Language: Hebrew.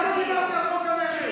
לא דיברתי על חוק הנכד.